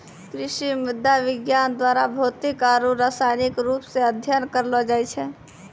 कृषि मृदा विज्ञान द्वारा भौतिक आरु रसायनिक रुप से अध्ययन करलो जाय छै